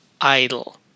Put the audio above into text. idle